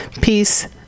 peace